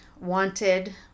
wanted